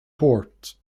port